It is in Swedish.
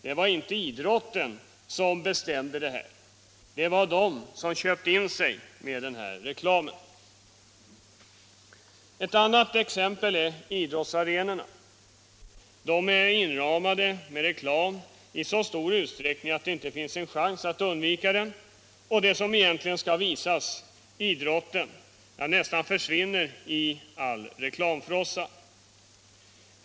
Det var inte idrotten som bestämde det här utan de som hade köpt reklamen. Ett annat exempel är idrottsarenorna. De är inramade med reklam i så stor utsträckning att det inte finns en chans att undvika den, och det som egentligen skall visas, idrotten, försvinner nästan i all reklamfrossa.